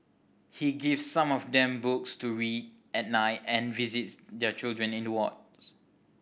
he gives some of them books to read at night and visits their children in the wards